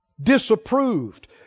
Disapproved